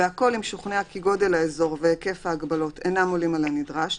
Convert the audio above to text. והכול אם שוכנעה כי גודל האזור והיקף ההגבלות אינם עולים על הנדרש,